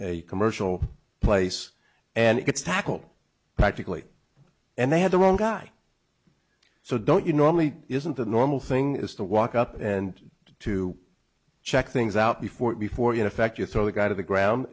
commercial place and it's tackle practically and they had the wrong guy so don't you normally isn't the normal thing is to walk up and to check things out before before you defect you throw the guy to the ground